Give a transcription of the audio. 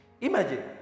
Imagine